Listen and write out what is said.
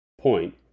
point